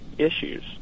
Issues